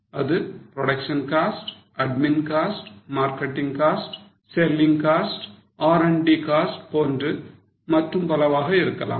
அது production cost admin cost marketing cost selling cost R and D cost போன்று மற்றும் பலவாக இருக்கலாம்